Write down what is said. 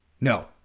No